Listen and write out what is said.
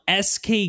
SK